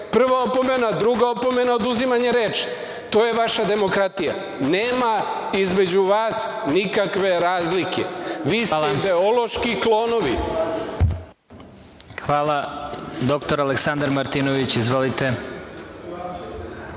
Prva opomena, druga opomena, oduzimanje reči. To je vaša demokratija. Nema između vas nikakve razlike. Vi ste ideološki klonovi. **Vladimir Marinković** Hvala. Doktor Aleksandar Martinović, izvolite.